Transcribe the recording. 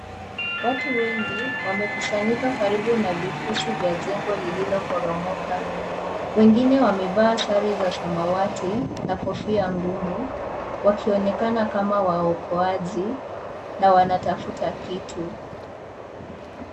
Watu wengi wamekusanyika karibu na vifusi vya jengo inayoporomoka wengine wamevaa sare za samawati na kofia ngumu wakionekana kama waokoaji na wanatafuta kitu.